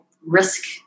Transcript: risk